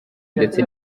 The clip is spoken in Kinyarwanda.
ndetse